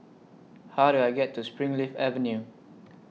How Do I get to Springleaf Avenue